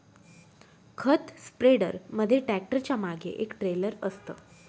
खत स्प्रेडर मध्ये ट्रॅक्टरच्या मागे एक ट्रेलर असतं